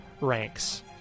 ranks